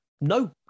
no